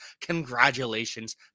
Congratulations